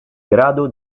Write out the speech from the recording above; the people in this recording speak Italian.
grado